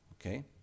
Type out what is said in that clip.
okay